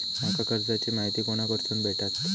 माका कर्जाची माहिती कोणाकडसून भेटात?